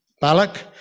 Balak